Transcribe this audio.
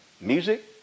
Music